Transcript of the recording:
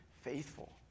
faithful